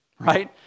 right